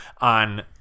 on